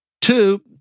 Two